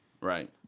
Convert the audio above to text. right